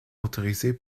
autorisé